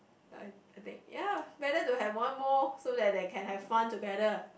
like I think ya better to have one more so that they can have fun together